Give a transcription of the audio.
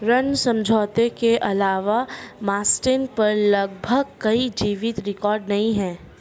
ऋण समझौते के अलावा मास्टेन पर लगभग कोई जीवित रिकॉर्ड नहीं है